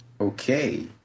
Okay